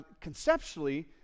conceptually